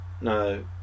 no